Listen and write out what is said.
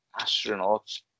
astronauts